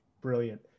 Brilliant